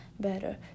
better